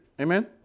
Amen